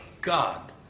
God